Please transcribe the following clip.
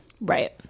Right